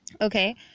Okay